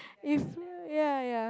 ya ya